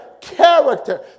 character